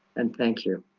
and thank you.